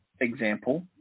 example